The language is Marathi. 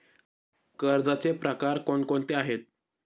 कर्जाचे प्रकार कोणकोणते आहेत?